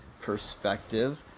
perspective